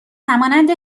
همانند